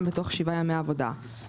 בסדר, הבנתי.